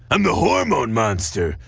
i'm the hormone monster.